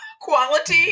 quality